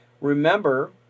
Remember